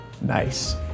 Nice